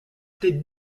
était